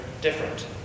different